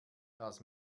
das